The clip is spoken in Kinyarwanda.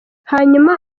hanyuma